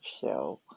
show